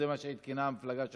זה מה שעדכנה המפלגה שלך.